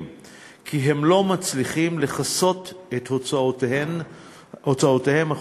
שהם לא מצליחים לכסות את הוצאותיהם החודשיות.